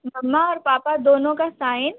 मम्मा और पापा दोनों का साइन